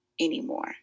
anymore